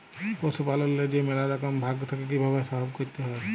পশুপাললেল্লে যে ম্যালা রকম ভাগ থ্যাকে কিভাবে সহব ক্যরতে হয়